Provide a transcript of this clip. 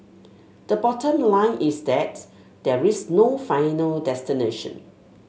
the bottom line is that there is no final destination